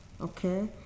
okay